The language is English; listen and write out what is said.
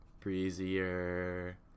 breezier